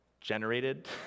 generated